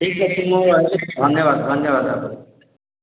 ଠିକ୍ ଅଛି ମୁଁ ଆସି କି ଧନ୍ୟବାଦ ଧନ୍ୟବାଦ ଆପଣଙ୍କୁ